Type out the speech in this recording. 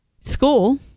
school